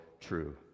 true